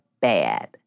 bad